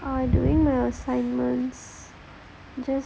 oh I doing my assignments just